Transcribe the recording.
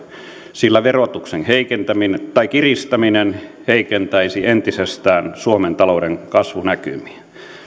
sillä verotuksen kiristäminen heikentäisi entisestään suomen talouden kasvunäkymiä